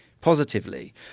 positively